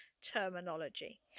terminology